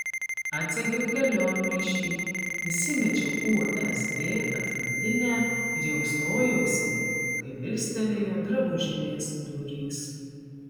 atsegiau kelionmaišį įsimečiau usb atmintinę ir jau stojausi kai virstelėjo drabužinės durys